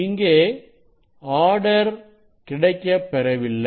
இங்கே ஆர்டர் கிடைக்கப்பெறவில்லை